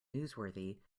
newsworthy